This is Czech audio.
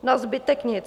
Na zbytek nic.